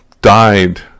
died